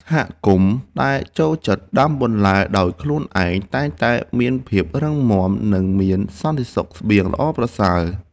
សហគមន៍ដែលចូលចិត្តដាំបន្លែដោយខ្លួនឯងតែងតែមានភាពរឹងមាំ និងមានសន្តិសុខស្បៀងល្អប្រសើរ។